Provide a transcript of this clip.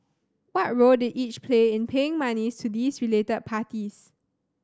what role did each play in paying monies to these related parties